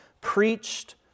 preached